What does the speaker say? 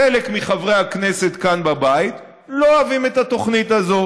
חלק מחברי הכנסת כאן בבית לא אוהבים את התוכנית הזאת.